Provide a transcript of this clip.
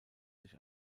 sich